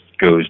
goes